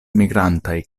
migrantaj